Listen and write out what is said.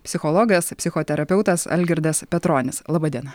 psichologas psichoterapeutas algirdas petronis laba diena